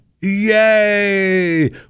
Yay